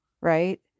right